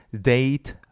Date